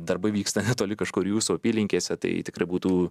darbai vyksta netoli kažkur jūsų apylinkėse tai tikrai būtų